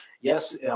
yes